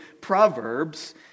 Proverbs